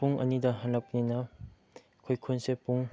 ꯄꯨꯡ ꯑꯅꯤꯗ ꯍꯜꯂꯛꯄꯅꯤꯅ ꯑꯩꯈꯣꯏ ꯈꯨꯟꯁꯦ ꯄꯨꯡ